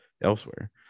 elsewhere